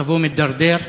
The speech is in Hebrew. מצבו מידרדר,